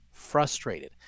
Frustrated